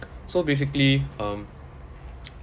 so basically um